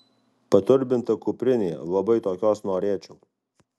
paturbinta kuprinė labai tokios norėčiau